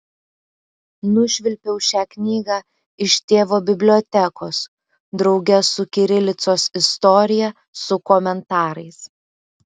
nušvilpiau šią knygą iš tėvo bibliotekos drauge su kirilicos istorija su komentarais